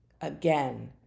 again